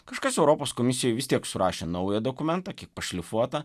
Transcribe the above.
kažkas europos komisijoj vis tiek surašė naują dokumentą kiek pašlifuotą